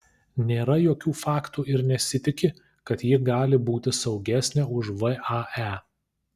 nėra jokių faktų ir nesitiki kad ji gali būti saugesnė už vae